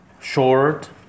short